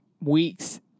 weeks